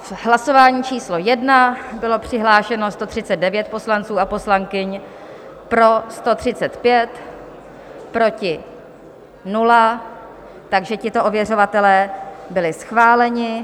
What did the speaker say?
V hlasování číslo 1 bylo přihlášeno 139 poslanců a poslankyň, pro 135, proti nula, takže tito ověřovatelé byli schváleni.